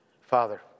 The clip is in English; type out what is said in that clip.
Father